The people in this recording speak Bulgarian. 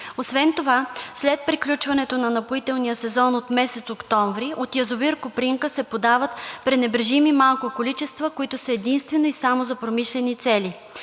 Освен това, след приключването на напоителния сезон от месец октомври от язовир „Копринка“ се подават пренебрежимо малки количества, които са единствено и само за промишлени цели.